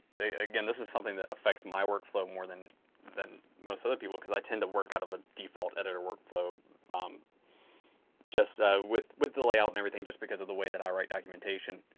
again, this is something that affects my workflow more than than most other people because i tend to work out of a default editor workflow but um just with with the layout and everything just because of the way that i write documentation.